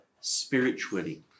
spiritually